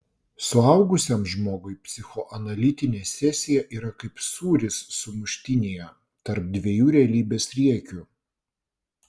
suaugusiam žmogui psichoanalitinė sesija yra kaip sūris sumuštinyje tarp dviejų realybės riekių